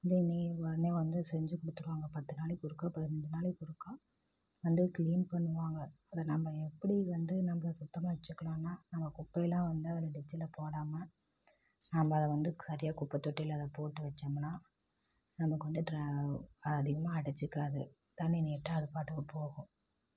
உடனே வந்து செஞ்சு கொடுத்துருவாங்க பத்து நாளைக்கு ஒருக்கா பதினஞ்சு நாளைக்கு ஒருக்கா வந்து கிளீன் பண்ணுவாங்க அதை நம்ம எப்படி வந்து நாங்கள் சுத்தமாக வச்சுக்குணும்னா நம்ம குப்பையல்லாம் வந்து ஒரு டிச்சில் போடாம நாம அதை வந்து சரியாக குப்பத்தொட்டியில அதை போட்டு வச்சம்னா நமக்கு வந்து ட்ரா அதிகமாக அடைச்சிக்காது தண்ணி நீட்டாக அது பாட்டுக்கும் போகும்